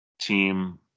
team